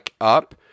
up